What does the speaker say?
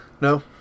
No